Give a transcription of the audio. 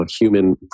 human